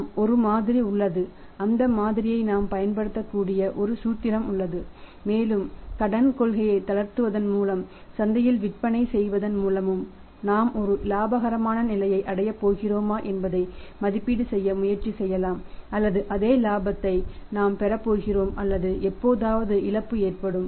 ஆமாம் ஒரு மாதிரி உள்ளது அந்த மாதிரியை நாம் பயன்படுத்தக்கூடிய ஒரு சூத்திரம் உள்ளது மேலும் கடன் கொள்கையை தளர்த்துவதன் மூலமும் சந்தையில் விற்பனை செய்வதன் மூலமும் நாம் ஒரு இலாபகரமான நிலையில் அடையப்போகிறோமா என்பதை மதிப்பீடு செய்ய முயற்சி செய்யலாம் அல்லது அதே இலாபத்தை நாம் பெறப்போகிறோம் அல்லது எப்போதாவது இழப்பு ஏற்படும்